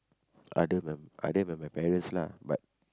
other than other than my parents lah but